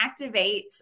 activates